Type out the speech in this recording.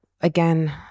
again